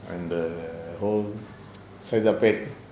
and the whole saidapet